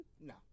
No